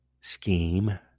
scheme